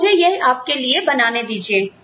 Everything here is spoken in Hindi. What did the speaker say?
तो मुझे यह आपके लिए बनाने दीजिए